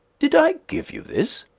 did i give you this?